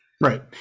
Right